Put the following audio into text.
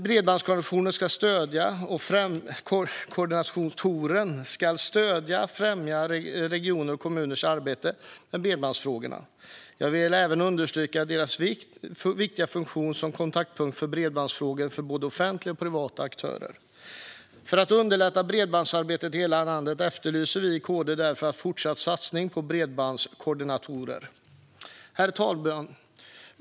Bredbandskoordinatorerna ska stödja och främja regionernas och kommunernas arbete med bredbandsfrågor. Jag vill även understryka deras viktiga funktion som kontaktpunkter för bredbandsfrågor för både offentliga och privata aktörer. För att underlätta bredbandsarbetet i hela landet efterlyser vi i KD därför en fortsatt satsning på bredbandskoordinatorer. Herr talman!